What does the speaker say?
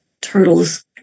Turtles